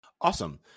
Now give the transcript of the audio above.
Awesome